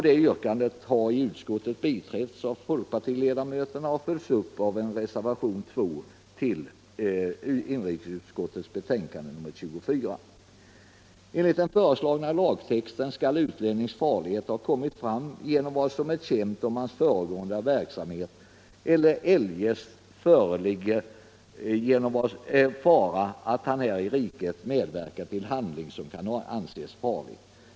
Det yrkandet har i utskottet biträtts av folkpartiledamöterna och följts upp i reservation nr 2 till inrikesutskottets betänkande nr 24. Enligt den föreslagna lagtexten skall utlännings farlighet ha kommit fram genom vad som är känt om hans föregående verksamhet eller det ”eljest” föreligger fara att han här i riket medverkar till handling som kan anses vara farlig.